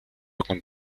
con